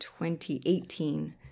2018